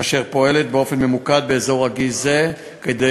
אשר פועלת באופן ממוקד באזור רגיש זה כדי